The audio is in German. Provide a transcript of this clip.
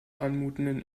anmutenden